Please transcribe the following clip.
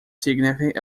significant